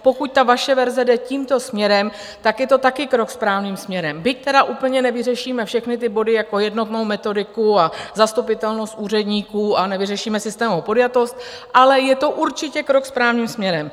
Pokud vaše verze jde tímto směrem, je to taky krok správným směrem, byť úplně nevyřešíme všechny body jako jednotnou metodiku a zastupitelnost úředníků a nevyřešíme systémovou podjatost, ale je to určitě krok správným směrem.